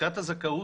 בדיקת הזכאות,